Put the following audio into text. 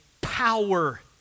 power